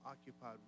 occupied